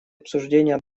обсуждение